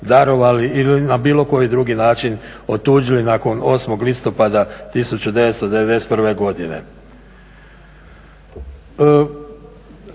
ili na bilo koji drugi način otuđili nakon 8. listopada 1991. godine."